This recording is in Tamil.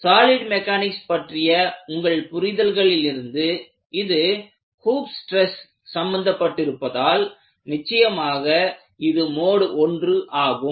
சாலிட் மெக்கானிக்ஸ் பற்றிய உங்கள் புரிதல்களிலிருந்து இது ஹூப் ஸ்டிரஸ் சம்பந்தப்பட்டிருப்பதால் நிச்சயமாக இது மோடு 1 ஆகும்